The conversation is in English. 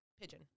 pigeon